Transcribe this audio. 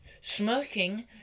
Smoking